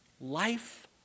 Life